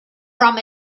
from